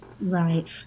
Right